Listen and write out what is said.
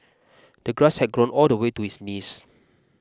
the grass had grown all the way to his knees